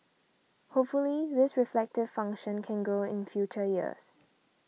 hopefully this reflective function can grow in future years